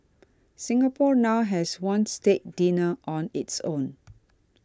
Singapore now has one state dinner on its own